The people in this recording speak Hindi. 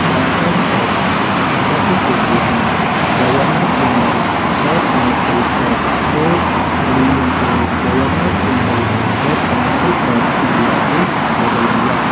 चार्टर एक्ट अठ्ठारह सौ तैतीस ने गवर्नर जनरल और काउंसिल ऑफ फोर्ट विलियम को गवर्नर जनरल और काउंसिल ऑफ इंडिया से बदल दिया